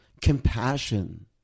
compassion